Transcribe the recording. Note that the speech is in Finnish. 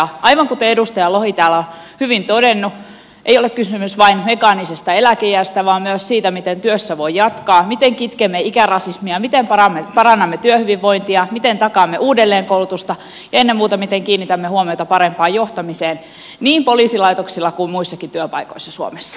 aivan kuten edustaja lohi täällä on hyvin todennut ei ole kysymys vain mekaanisesta eläkeiästä vaan myös siitä miten työssä voi jatkaa miten kitkemme ikärasismia miten parannamme työhyvinvointia miten takaamme uudelleenkoulutusta ja ennen muuta miten kiinnitämme huomiota parempaan johtamiseen niin poliisilaitoksilla kuin muissakin työpaikoissa suomessa